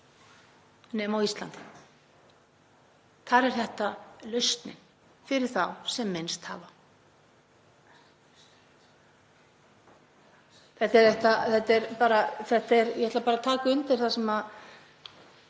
nema á Íslandi. Þar er þetta lausnin fyrir þá sem minnst hafa. Ég ætla bara að taka undir það sem